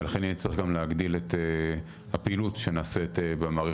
ולכן יהיה צריך גם להגדיל את הפעילות שנעשית במערכת